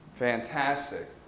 Fantastic